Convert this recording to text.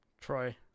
Troy